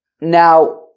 now